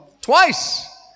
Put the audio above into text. twice